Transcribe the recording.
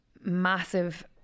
massive